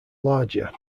larger